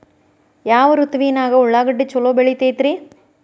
ಯಾವ ಋತುವಿನಾಗ ಉಳ್ಳಾಗಡ್ಡಿ ಛಲೋ ಬೆಳಿತೇತಿ ರೇ?